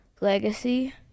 legacy